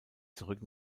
zurück